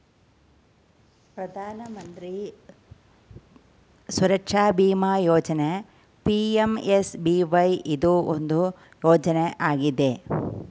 ಪ್ರಧಾನ ಮಂತ್ರಿ ಸುರಕ್ಷಾ ಬಿಮಾ ಯೋಜ್ನ ಪಿ.ಎಂ.ಎಸ್.ಬಿ.ವೈ ಇದು ಒಂದು ಯೋಜ್ನ ಆಗಿದೆ